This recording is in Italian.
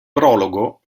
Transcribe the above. prologo